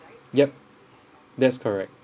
yup that's correct